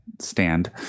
stand